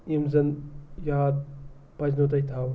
یِم زَن یاد پَزِ نو تۄہہِ تھاوٕنۍ